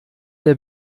der